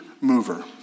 mover